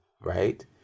right